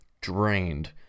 drained